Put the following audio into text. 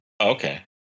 Okay